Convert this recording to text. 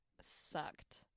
sucked